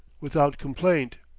without complaint.